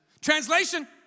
Translation